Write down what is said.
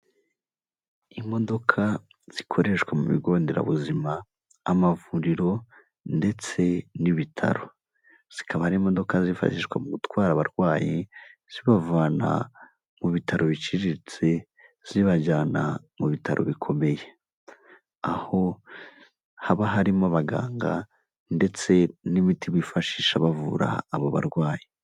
Imodoka zikoreshwa mu bigo nderabuzima amavuriro ndetse n'ibitaro, zikaba ari imodoka zifashishwa mu gutwara abarwayi zibavana mu bitaro biciriritse zibajyana mu bitaro bikomeye, aho haba harimo abaganga ndetse n'imiti bifashisha bavura abo barwayi.